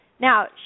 Now